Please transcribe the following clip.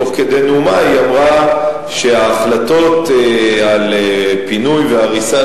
תוך כדי נאומה היא אמרה שההחלטות על פינוי והריסה